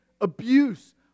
abuse